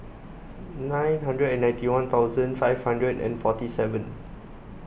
nine hundred and ninety one thousand five hundred and forty seven